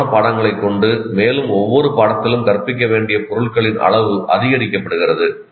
அதிகமான பாடங்களைக் கொண்டு மேலும் ஒவ்வொரு பாடத்திலும் கற்பிக்க வேண்டிய பொருட்களின் அளவு அதிகரிக்கப்படுகிறது